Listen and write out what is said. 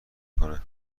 کنه